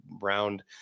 round